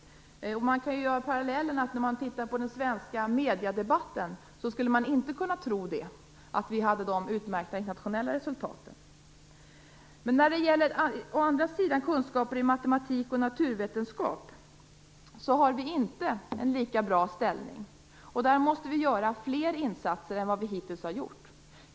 Man kan dra parallellen och titta på den svenska mediedebatten. Då skulle man inte kunna tro att vi har dessa utmärkta internationella resultat. När det å andra sidan gäller kunskaper i matematik och naturvetenskap har vi inte en lika bra ställning. Där måste vi göra fler insatser än vad vi hittills har gjort.